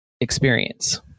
experience